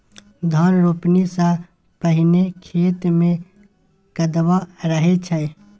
धान रोपणी सँ पहिने खेत मे कदबा रहै छै